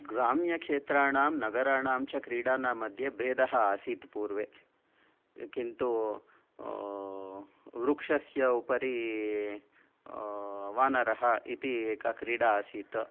ग्राम्यक्षेत्राणां नगराणां च क्रीडानां मध्ये भेदः आसीत् पूर्वं किन्तु वृक्षस्य उपरि वानरः इति एका क्रीडा आसीत्